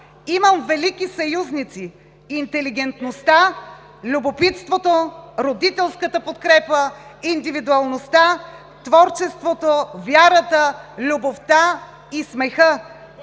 имам велики съюзници: интелигентността, любопитството, родителската подкрепа, индивидуалността, творчеството, вярата, любовта и смеха.